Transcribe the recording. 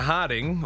Harding